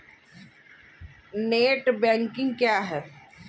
Net banking क्या है?